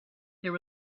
there